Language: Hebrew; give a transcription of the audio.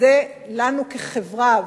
לנו כחברה,